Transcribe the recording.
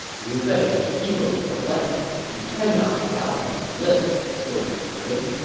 liu bei is a hero of the land we cannot allow him to live, zhou yu told him.